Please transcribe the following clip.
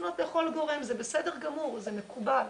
לפנות לכל גורם, זה בסדר גמור, זה מקובל.